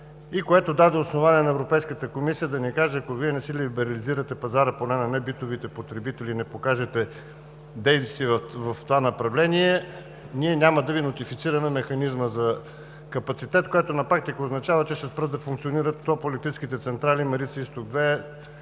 което даде основание на Европейската комисия да ни каже: ако Вие не си либерализирате пазара, поне на небитовите потребители, не покажете действие в това направление, ние няма да Ви нотифицираме механизма за капацитет, което на практика означава, че ще спрат да функционират топлоелектрическите централи „Марица изток“